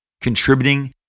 contributing